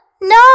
no